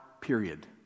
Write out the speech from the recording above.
period